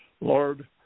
Lord